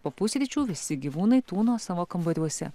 po pusryčių visi gyvūnai tūno savo kambariuose